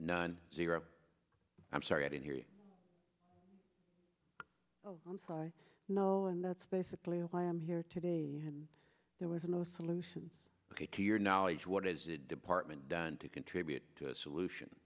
nine zero i'm sorry i didn't hear you i'm sorry no and that's basically why i'm here today and there was no solution to your knowledge what is it department done to contribute to a solution